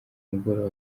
mugoroba